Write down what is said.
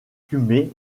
fumées